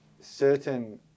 certain